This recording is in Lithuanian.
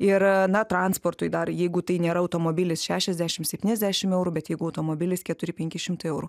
ir na transportui dar jeigu tai nėra automobilis šešiasdešim septyniasdešim eurų bet jeigu automobilis keturi penki šimtai eurų